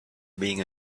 being